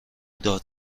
داد